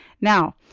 Now